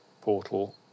portal